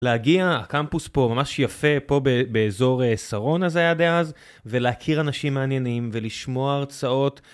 להגיע, הקמפוס פה ממש יפה, פה באזור שרונה זה היה די אז, ולהכיר אנשים מעניינים ולשמוע הרצאות.